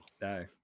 No